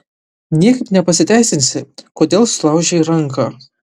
niekaip ne pasiteisinsi kodėl sulaužei ranką